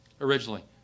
originally